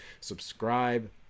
Subscribe